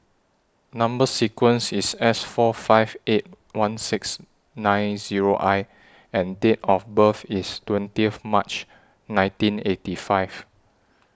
Number sequence IS S four five eight one six nine Zero I and Date of birth IS twentieth March nineteen eighty five